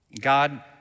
God